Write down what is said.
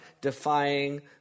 defying